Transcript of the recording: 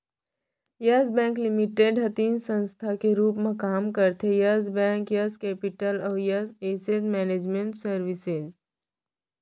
yes Bank Limited ह तीन संस्था के रूप म काम करथे यस बेंक, यस केपिटल अउ यस एसेट मैनेजमेंट सरविसेज